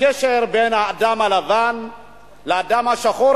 הקשר בין האדם הלבן לאדם השחור,